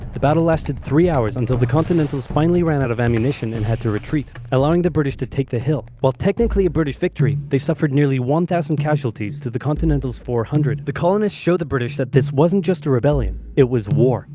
the battle lasted three hours until the continentals finally ran out of ammunition and had to retreat. allowing the british to take the hill. while technically a british victory, they suffered nearly one thousand casualties to the continental's four hundred. the colonists show the british that this wasn't just a rebellion. it was war,